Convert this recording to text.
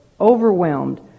overwhelmed